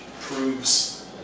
proves